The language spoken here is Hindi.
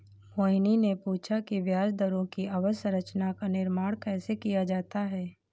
मोहिनी ने पूछा कि ब्याज दरों की अवधि संरचना का निर्माण कैसे किया जाता है?